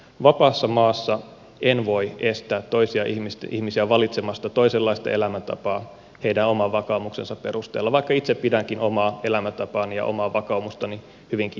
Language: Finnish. vapaassa maassa en voi estää toisia ihmisiä valitsemasta toisenlaista elämäntapaa heidän oman vakaumuksensa perusteella vaikka itse pidänkin omaa elämäntapaani ja omaa vakaumustani hyvinkin järkevänä ja kannatettavana